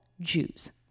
Jews